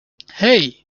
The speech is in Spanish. hey